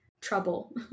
trouble